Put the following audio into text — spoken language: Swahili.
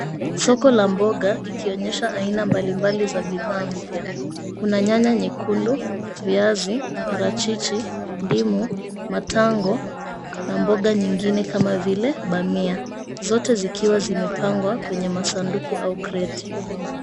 Soko la mboga ikionyesha aina mbalimbali za bidhaa mpya. Kuna nyanya nyekundu, viazi, parachichi, ndimu, matango na mboga nyingine kama vile bamia. Zote zikiwa zimepangwa kwenye masanduku au kreti.